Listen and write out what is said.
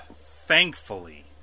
thankfully